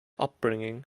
upbringing